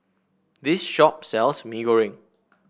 this shop sells Mee Goreng